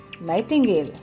Nightingale